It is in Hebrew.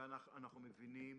מבינים